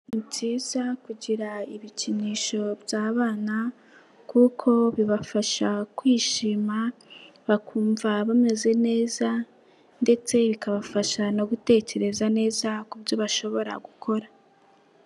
Ni byiza kugira ibikinisho by'abana kuko bibafasha kwishima bakumva bameze neza ndetse bikabafasha no gutekereza neza ku byo bashobora gukora.